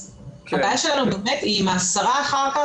הבעיה שלנו היא עם ההסרה של האפליקציה,